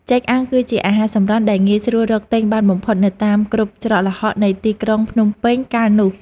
ចេកអាំងគឺជាអាហារសម្រន់ដែលងាយស្រួលរកទិញបានបំផុតនៅតាមគ្រប់ច្រកល្ហកនៃទីក្រុងភ្នំពេញកាលនោះ។